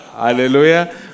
Hallelujah